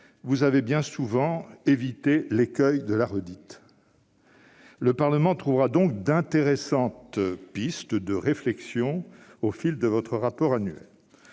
vous avez bien souvent évité l'écueil de la redite. Le Parlement trouvera donc d'intéressantes pistes de réflexion à la lecture de votre rapport annuel.